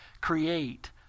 create